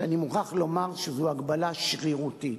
שאני מוכרח לומר שהיא הגבלה שרירותית,